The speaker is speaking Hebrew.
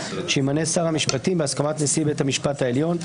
שימנה שר המשפטים בהסכמת נשיא בית המשפט העליון,